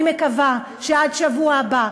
אני מקווה שעד שבוע הבא,